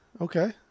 okay